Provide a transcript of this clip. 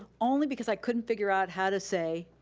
only because i couldn't figure out how to say,